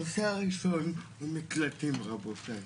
הנושא הראשון הוא מקלטים, רבותיי.